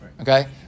Okay